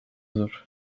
zor